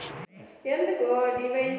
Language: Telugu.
పులుగు మందు లోని రకాల ఎన్ని అవి ఏవి?